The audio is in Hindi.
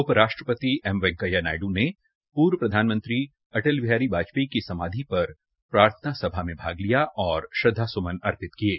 उप राष्ट्रपति एम वैंकेया नायड् ने पूर्व प्रधानमंत्री अटली बिहारी वाजपेयी की समाधि पर प्रार्थना सभा में भाग लिया और श्रद्वास्मन अर्पित किये